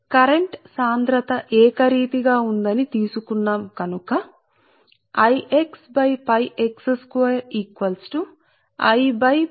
కాబట్టి current density ఏకరీతిగా ఉందని మనం అనుకుంటాము అందు వలన సరే